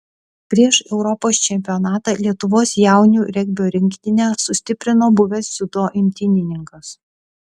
prieš europos čempionatą lietuvos jaunių regbio rinktinę sustiprino buvęs dziudo imtynininkas